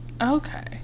Okay